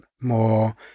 more